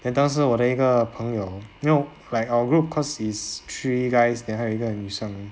then 当时我的一个朋友没有 like our group cause is three guys then 还有一个女生